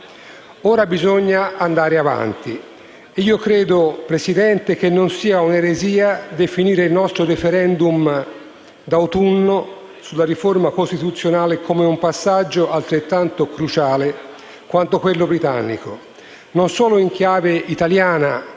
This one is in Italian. Ora bisogna andare avanti e io credo, Presidente, che non sia un'eresia definire il nostro *referendum* d'autunno sulla riforma costituzionale come un passaggio altrettanto cruciale di quello britannico, non solo in chiave italiana,